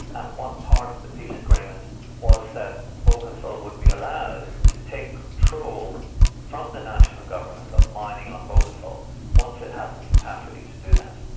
one part of the peace agreement was that bougainville would be allowed to take control from the national government of mining on bougainville once it had the capacity to do that.